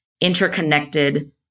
interconnected